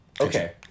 Okay